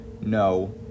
no